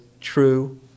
true